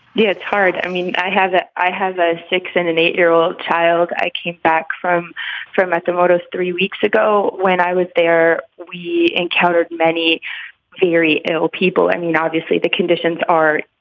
yeah, it's hard. i mean, i have i have a six and an eight year old child. i came back from from at the moto's three weeks ago when i was there. we encountered many very ill people. i mean, obviously, the conditions are.